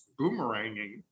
boomeranging